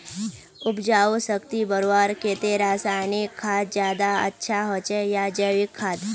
उपजाऊ शक्ति बढ़वार केते रासायनिक खाद ज्यादा अच्छा होचे या जैविक खाद?